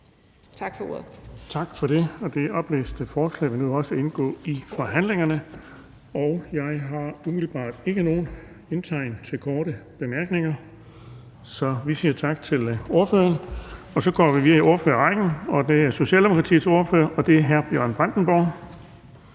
Bonnesen): Tak for det. Det oplæste forslag til vedtagelse vil indgå i forhandlingerne. Der er umiddelbart ikke nogen indtegnet til korte bemærkninger, så vi siger tak til ordføreren. Så går vi videre i ordførerrækken til Socialdemokratiets ordfører, og det er hr. Bjørn Brandenborg.